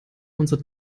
unsere